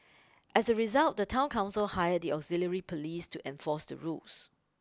as a result the town council hired the auxiliary police to enforce the rules